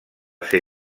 ser